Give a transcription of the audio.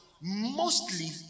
mostly